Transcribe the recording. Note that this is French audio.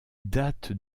date